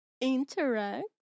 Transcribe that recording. Interact